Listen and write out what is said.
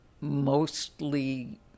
mostly